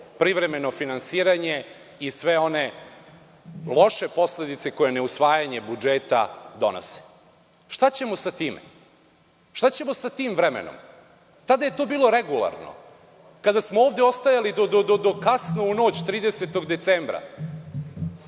privremeno finansiranje i sve one loše posledice koje ne usvajanje budžeta donose. Šta ćemo sa time? Šta ćemo sa tim vremenom? Tada je to bilo regularno kada smo ovde ostajali do kasno u noć 30. decembra?